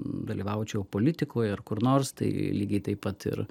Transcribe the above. dalyvaučiau politikoje ar kur nors tai lygiai taip pat ir